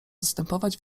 zastępować